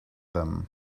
them